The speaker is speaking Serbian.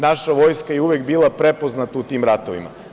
Naša Vojska je uvek bila prepoznata u tim ratovima.